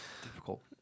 difficult